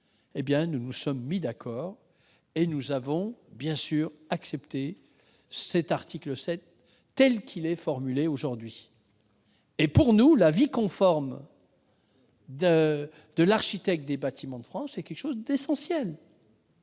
eh bien, nous nous sommes mis d'accord et nous avons bien sûr accepté cet article 7, tel qu'il est aujourd'hui rédigé. Pour nous, l'avis conforme de l'architecte des bâtiments de France est essentiel.